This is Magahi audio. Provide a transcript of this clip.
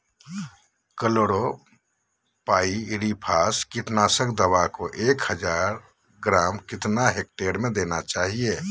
क्लोरोपाइरीफास कीटनाशक दवा को एक हज़ार ग्राम कितना हेक्टेयर में देना चाहिए?